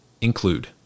include